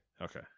Okay